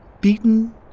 Beaten